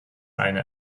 eine